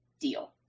deal